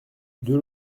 deux